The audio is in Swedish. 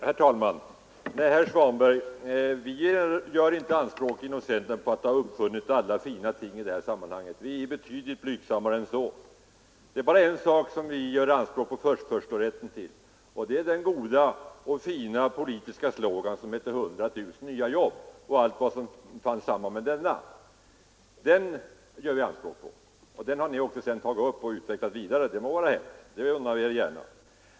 Herr talman! Nej, herr Svanberg, vi gör inte anspråk på att ha uppfunnit alla goda ting i detta sammanhang. Vi är betydligt blygsammare än så. Det är bara en sak som vi gör anspråk på förstfödslorätten till: den goda och fina politiska slogan som talar om 100 000 nya jobb och allt vad som hör samman därmed. Denna slogan har ni sedan tagit upp och utvecklat. Det må vara hänt — det unnar vi er gärna.